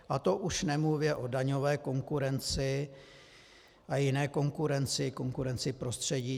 A to už nemluvě o daňové konkurenci a jiné konkurenci, konkurenci prostředí.